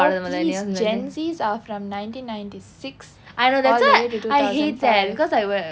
oh please gen Zs are from nineteen ninety six all the way to two thousand seven